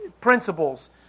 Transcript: principles